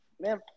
Man